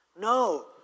No